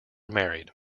married